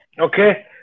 okay